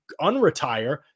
unretire